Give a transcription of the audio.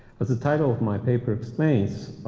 as the title of my paper explains,